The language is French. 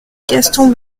gaston